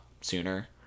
sooner